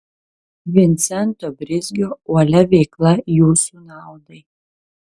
vincento brizgio uolia veikla jūsų naudai